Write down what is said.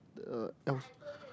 the uh